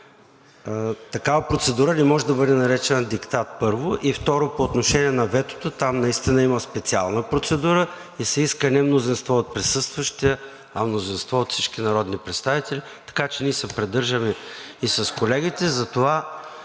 такава процедура не може да бъде наречена диктат, първо. И, второ, по отношение на ветото, там наистина има специална процедура и се иска не мнозинство от присъстващите, а мнозинство от всички народни представители. Така че ние се придържаме и с колегите